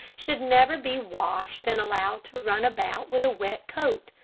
should never be washed and allowed to run about with a wet coat,